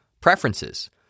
preferences